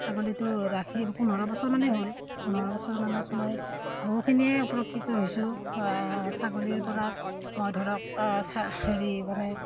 ছাগলীটো ৰাখি পোন্ধৰ বছৰমানেই হ'ল পোন্ধৰ বছৰমানত মই বহুখিনিয়ে উপকৃত হৈছোঁ ছাগলীৰপৰা মই ধৰক হেৰি মানে